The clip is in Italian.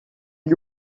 gli